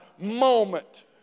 moment